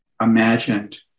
imagined